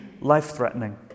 life-threatening